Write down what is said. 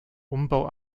umbau